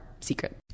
Secret